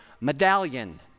medallion